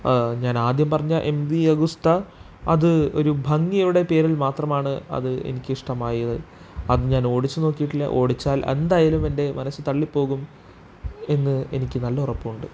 ഞാൻ ആദ്യം പറഞ്ഞ എം വി അഗുസ്താ അത് ഒരു ഭംഗിയുടെ പേരിൽ മാത്രമാണ് അത് എനിക്ക് ഇഷ്ടമായത് അതു ഞാൻ ഓടിച്ചു നോക്കിയിട്ടില്ല ഓടിച്ചാൽ എന്തായാലും എൻ്റെ മനസ്സിൽ തള്ളിപ്പോകും എന്ന് എനിക്ക് നല്ല ഉറപ്പുണ്ട്